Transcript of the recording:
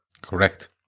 Correct